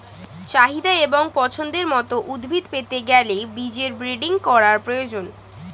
চাহিদা এবং পছন্দের মত উদ্ভিদ পেতে গেলে বীজের ব্রিডিং করার প্রয়োজন